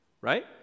Right